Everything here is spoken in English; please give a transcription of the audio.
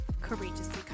courageously